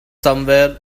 somewhere